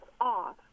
off